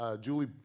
Julie